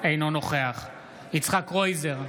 אינו נוכח יצחק קרויזר,